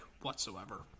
whatsoever